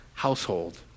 Household